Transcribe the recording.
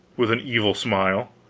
with an evil smile.